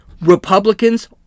Republicans